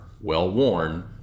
well-worn